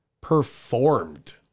performed